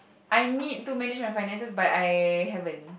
I need to manage my finances but I haven't